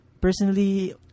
personally